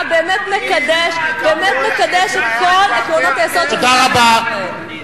באמת מקדש את כל עקרונות היסוד של מדינת ישראל.